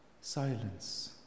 silence